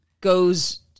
goes